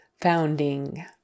founding